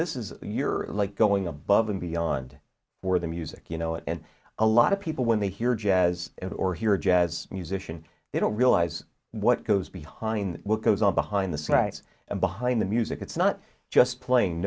this is your like going above and beyond for the music you know and a lot of people when they hear jazz or hear jazz musician they don't realize what goes behind what goes on behind the scene right behind the music it's not just playing